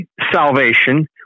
salvation